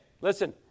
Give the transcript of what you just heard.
listen